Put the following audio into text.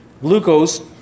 glucose